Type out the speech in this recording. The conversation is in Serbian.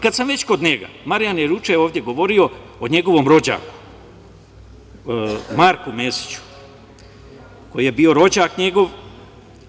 Kad sam već kod njega, Marijan je juče govorio o njegovom rođaku, Marku Mesiću, koji je bio njegov rođak.